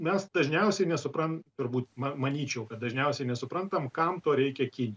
mes dažniausiai nesupran turbūt ma manyčiau kad dažniausiai nesuprantam kam to reikia kin